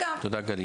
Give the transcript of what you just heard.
בזה שאין לנו מג״ר.